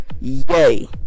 Yay